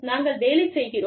நாங்கள் வேலை செய்கிறோம்